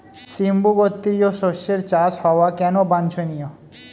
সিম্বু গোত্রীয় শস্যের চাষ হওয়া কেন বাঞ্ছনীয়?